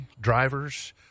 drivers